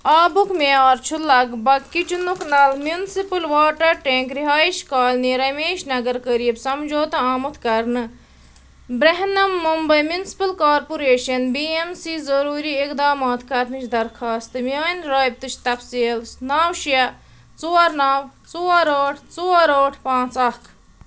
آبُک میعار چھُ لگ بگ کِچنُک نل میُنسِپٕل واٹَر ٹینٛک رِہایِش کالنی رمیشنگر قریٖب سمجھوتہٕ آمُت کرنہٕ برٛہنَم Mumbai municipal corporation B M C ضٔروٗری اِقدامات کرنٕچ درخاستہٕ میٛانہِ رابطٕچ تفصیٖل نَو شےٚ ژور نَو ژور ٲٹھ ژور ٲٹھ پانٛژھ اکھ